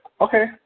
Okay